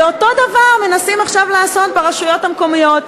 ואותו דבר מנסים עכשיו לעשות ברשויות המקומיות.